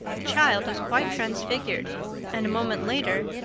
the child was quite transfigured and, a moment later,